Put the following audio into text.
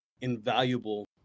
invaluable